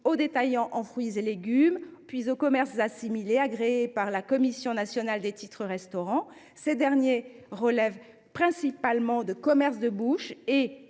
aux détaillants en fruits et légumes, puis aux commerces assimilés agréés par la Commission nationale des titres restaurant. Ces derniers relèvent principalement des commerces de bouche et